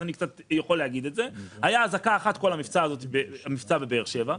אז אני יכול להגיד את זה הייתה אזעקה אחת בכל המבצע בבאר שבע.